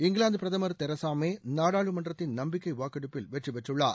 இங்கிலாந்து பிரதமா் Theresa May நாடாளுமன்றத்தின் நம்பிக்கை வாக்கெடுப்பில் வெற்றிபெற்றுள்ளார்